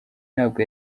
ntabwo